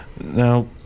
Now